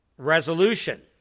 resolution